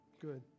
Good